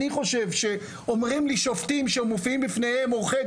אני רוצה ללכת בבקשה מהקונקרטי למופשט.